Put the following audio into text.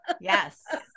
Yes